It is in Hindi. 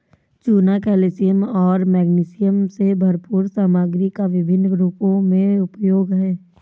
चूना कैल्शियम और मैग्नीशियम से भरपूर सामग्री का विभिन्न रूपों में उपयोग है